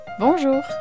Bonjour